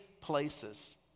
places